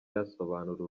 yasobanura